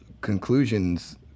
conclusions